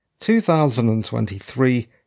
2023